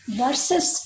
versus